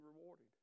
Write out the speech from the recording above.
rewarded